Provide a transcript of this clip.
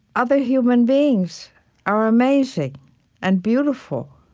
other human beings are amazing and beautiful.